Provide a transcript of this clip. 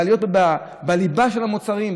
בעליות בליבה של המוצרים,